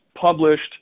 published